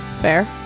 Fair